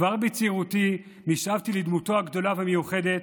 כבר בצעירותי נשאבתי לדמותו הגדולה והמיוחדת,